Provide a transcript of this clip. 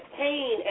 pain